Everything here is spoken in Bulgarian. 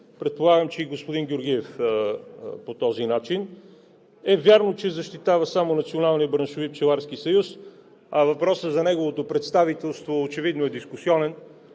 предполагам, че и господин Георгиев по този начин е вярно, че защитава само Националния браншови пчеларски съюз, а въпросът за неговото представителство очевидно е дискусионен,